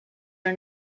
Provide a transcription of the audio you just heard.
are